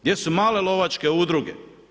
Gdje su male lovačke udruge?